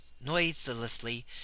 noiselessly